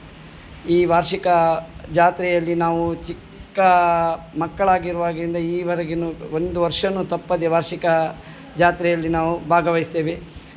ಈ ವಾರ್ಷಿಕ ಜಾತ್ರೆಯಲ್ಲಿ ನಾವೂ ಚಿಕ್ಕ ಮಕ್ಕಳಾಗಿರುವಾಗಿಂದ ಈವರೆಗಿನ ಒಂದು ವರ್ಷವೂ ತಪ್ಪದೆ ವಾರ್ಷಿಕ ಜಾತ್ರೆಯಲ್ಲಿ ನಾವು ಭಾಗವಹಿಸ್ತೇವೆ